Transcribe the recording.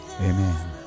Amen